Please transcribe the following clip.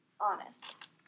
Honest